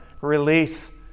release